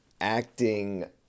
acting